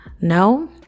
No